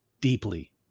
Deeply